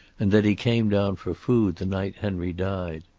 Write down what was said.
and that he came down for food the night henry died.